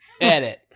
Edit